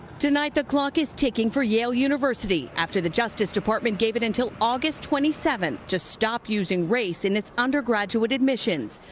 tonight the clock is ticking for yale university after the justice department gave it until august twenty seventh to stop using race in its undergraduate admission,